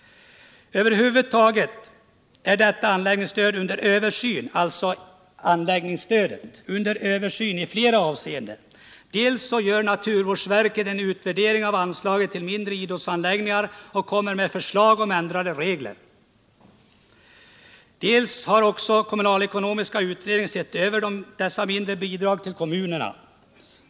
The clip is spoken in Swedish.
Över huvud taget är riksanläggningsstödet under översyn i flera avseenden. Dels gör naturvårdsverket en utvärdering av anslaget till mindre idrottsanläggningar och lägger fram förslag om ändrade regler, dels har kommunalekonomiska utredningen sett över dessa mindre bidrag till kommunerna.